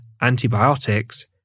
antibiotics